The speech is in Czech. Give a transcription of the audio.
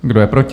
Kdo je proti?